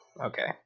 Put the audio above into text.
okay